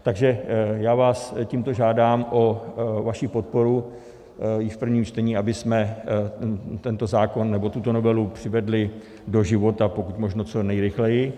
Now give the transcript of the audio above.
Takže já vás tímto žádám o vaši podporu již v prvním čtení, abychom tento zákon nebo tuto novelu přivedli do života pokud možno co nejrychleji.